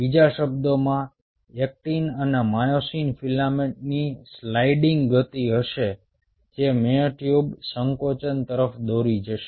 બીજા શબ્દોમાં એક્ટિન અને માયોસિન ફિલામેન્ટ્સની સ્લાઇડિંગ ગતિ હશે જે મ્યોટ્યુબમાં સંકોચન તરફ દોરી જશે